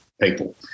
people